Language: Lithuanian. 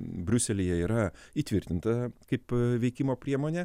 briuselyje yra įtvirtinta kaip veikimo priemonė